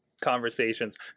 conversations